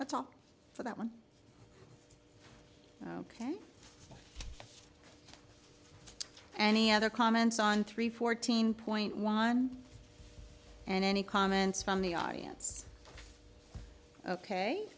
that's all for that one ok and he other comments on three fourteen point one and any comments from the audience